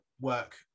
work